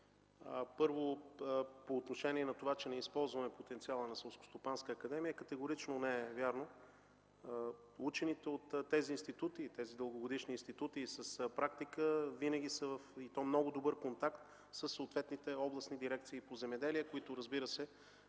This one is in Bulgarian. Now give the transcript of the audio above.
по отношение на това, че не използваме потенциала на Селскостопанска академия – категорично не е вярно! Учените от тези дългогодишни институти с практика винаги са и то в много добър контакт със съответните областни дирекции по земеделие, които, разбира се,